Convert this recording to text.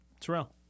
Terrell